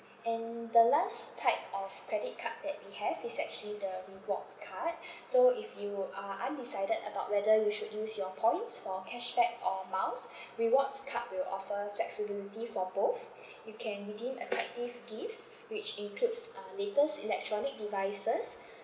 and the last type of credit card that we have is actually the rewards card so if you are undecided about whether you should use your points for cashback or miles rewards card will offer flexibility for both you can redeem attractive gifts which includes uh latest electronic devices